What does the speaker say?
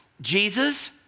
Jesus